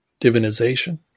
divinization